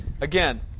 Again